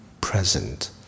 present